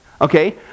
Okay